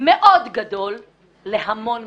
מאוד גדול להמון משפחות.